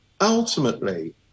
ultimately